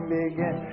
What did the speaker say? begin